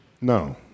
No